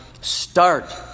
Start